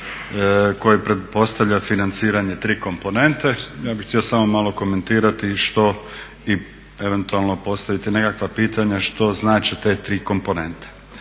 koji pretpostavlja financiranje tri komponente. Ja bih htio samo malo komentirati što i eventualno postaviti nekakva pitanja što znače te tri komponente.